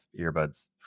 earbuds